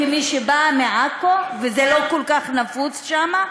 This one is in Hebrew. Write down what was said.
כמי שבאה מעכו וזה לא כל כך נפוץ שם,